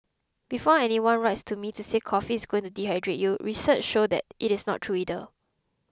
before anyone writes to me to say coffee is going to dehydrate you research shows that it is not true either